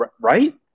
right